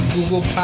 Google